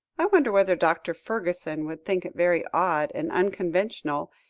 i wonder whether dr. fergusson would think it very odd and unconventional,